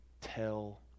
tell